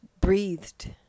breathed